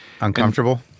Uncomfortable